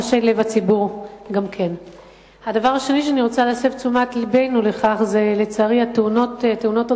שאני רוצה להסב את תשומת לבנו אליו זה תאונות הדרכים,